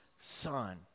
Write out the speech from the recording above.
son